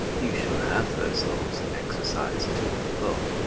you shall have those laws exercised to the full.